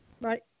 Right